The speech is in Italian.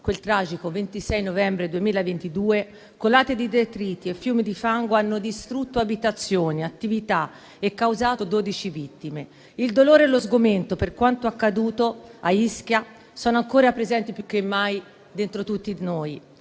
quel tragico 26 novembre 2022, colate di detriti e fiumi di fango hanno distrutto abitazioni e attività e causato dodici vittime. Il dolore e lo sgomento per quanto accaduto a Ischia sono ancora presenti più che mai dentro tutti noi.